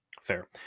Fair